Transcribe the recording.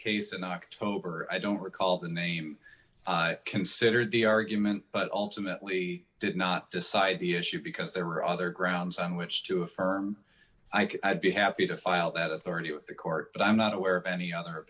case in october i don't recall the name consider the argument but ultimately did not decide the issue because there were other grounds on which to affirm i'd be happy to file that authority with the court but i'm not aware of any other